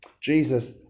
Jesus